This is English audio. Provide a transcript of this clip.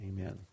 amen